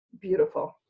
beautiful